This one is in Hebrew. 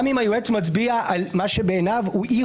גם אם היועץ מצביע על מה שבעיניו הוא אי